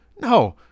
No